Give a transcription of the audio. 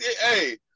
hey